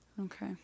okay